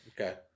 Okay